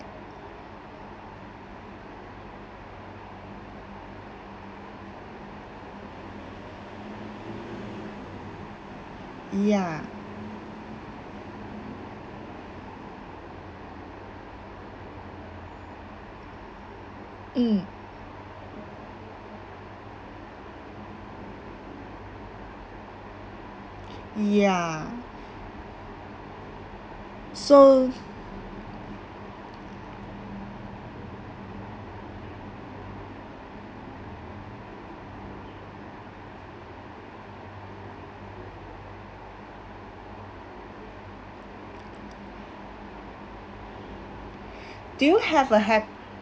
ya mm ya so do you have a